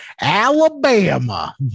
alabama